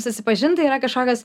susipažint tai yra kažkokios